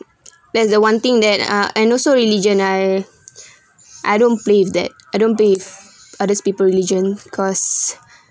that's the one thing that uh and also religion I I don't play with that I don't play with others people religion cause